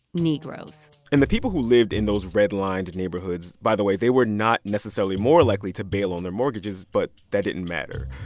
negroes. and the people who lived in those redlined and neighborhoods by the way, they were not necessarily more likely to bail on their mortgages. but that didn't matter.